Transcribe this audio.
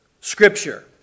scripture